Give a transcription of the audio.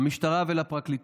במשטרה ובפרקליטות.